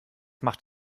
macht